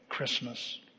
Christmas